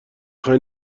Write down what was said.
خوای